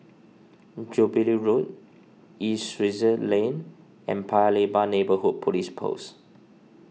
Jubilee Road East Sussex Lane and Paya Lebar Neighbourhood Police Post